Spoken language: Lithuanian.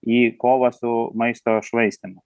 į kovą su maisto švaistymu